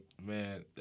man